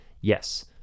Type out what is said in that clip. Yes